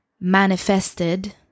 manifested